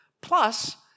Plus